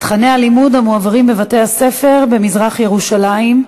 תוכני הלימודים בבתי-הספר במזרח-ירושלים,